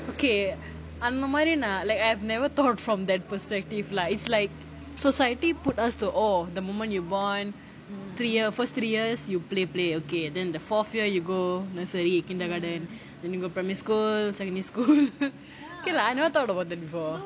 okay அந்த மாரி நான்:antha maari naan like I have never thought from that perspective lah it's like society put us to all them the moment you born three year first three years you play play okay then the fourth year you go nursery kindergarten then you go primary school secondary school okay lah I never thought about that before